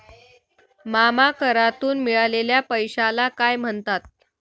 मामा करातून मिळालेल्या पैशाला काय म्हणतात?